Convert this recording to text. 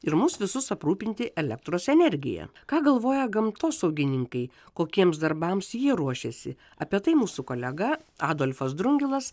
ir mus visus aprūpinti elektros energija ką galvoja gamtosaugininkai kokiems darbams jie ruošiasi apie tai mūsų kolega adolfas drungilas